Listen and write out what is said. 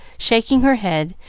shaking her head,